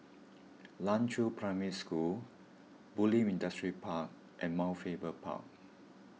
Nan Chiau Primary School Bulim Industrial Park and Mount Faber Park